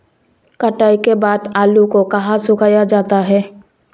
कटाई के बाद आलू को कहाँ सुखाया जाता है?